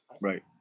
Right